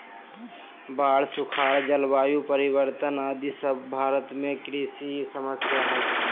बाढ़, सुखाड़, जलवायु परिवर्तन आदि सब भारत में कृषि समस्या हय